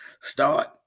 start